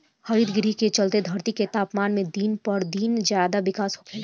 हरितगृह के चलते धरती के तापमान में दिन पर दिन ज्यादे बिकास होखेला